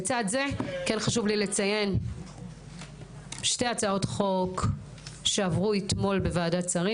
לצד זה כן חשוב לי לציין שתי הצעות חוק שעברו אתמול בוועדת שרים.